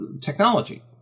technology